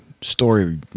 story